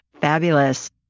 Fabulous